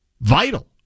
vital